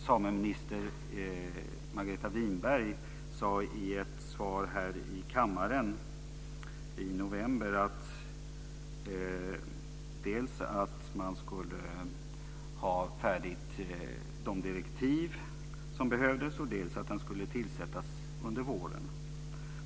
Sameminister Margareta Winberg sade i ett svar här i kammaren i november dels att man skulle ha de direktiv som behövdes färdiga, dels att den skulle tillsättas under våren.